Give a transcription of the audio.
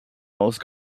most